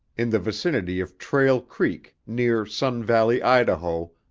in the vicinity of trail creek near sun valley, idaho,